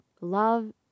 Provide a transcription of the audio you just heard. love